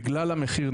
בגלל המחיר,